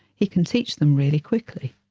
he can teach them really quickly.